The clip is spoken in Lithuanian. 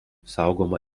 saugoma